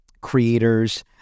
creators